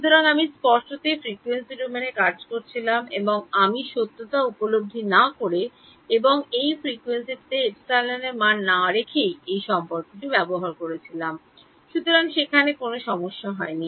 সুতরাং আমি স্পষ্টতই ফ্রিকোয়েন্সি ডোমেনে কাজ করছিলাম এবং আমি সত্যতা উপলব্ধি না করে এবং এই ফ্রিকোয়েন্সিটিতে অ্যাপসিলনের মান না রেখেই এই সম্পর্কটি ব্যবহার করছিলাম সুতরাং সেখানে কোনও সমস্যা হয়নি